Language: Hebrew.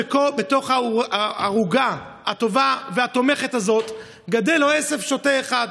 בתוך הערוגה הטובה והתומכת הזאת גדל לו עשב שוטה אחד,